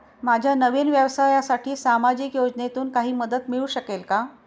माझ्या नवीन व्यवसायासाठी सामाजिक योजनेतून काही मदत मिळू शकेल का?